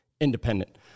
independent